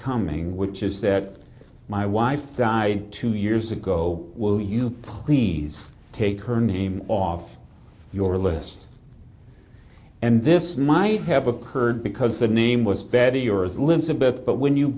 coming which is that my wife died two years ago will you please take her name off your list and this might have occurred because the name was better your lips of birth but when you